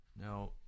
Now